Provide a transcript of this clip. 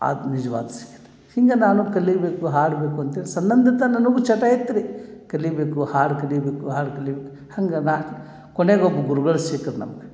ಅದು ನಿಜ್ವಾದ ಸಂಗೀತ ಹಿಂಗೆ ನಾನು ಕಲಿಬೇಕು ಹಾಡಬೇಕು ಅಂತ್ಹೇಳಿ ಸಣ್ಣಂದಿತ ನನಗೂ ಚಟ ಇತ್ರಿ ಕಲಿಬೇಕು ಹಾಡು ಕಲಿಬೇಕು ಹಾಡು ಕಲಿಬೇಕು ಹಂಗೆ ನಾ ಕೊನೆಗೊಬ್ಬ ಗುರುಗಳು ಸಿಕ್ರೆ ನಮ್ಗೆ